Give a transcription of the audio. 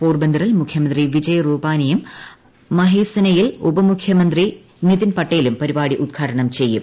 പോർബന്ദറിൽ മുഖ്യമന്ത്രി വിജയ് റൂപാനിയും മഹേസനയിൽ ഉപമുഖ്യമന്ത്രി നിതിൻ പട്ടേലും പരിപാടി ഉദ്ഘാടനം ചെയ്യും